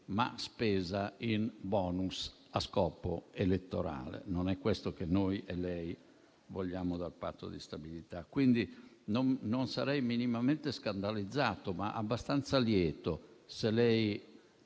ma spesa in *bonus* a scopo elettorale. Non è questo che noi e lei vogliamo dal Patto di stabilità. Quindi sarei non minimamente scandalizzato, ma abbastanza lieto, se lei,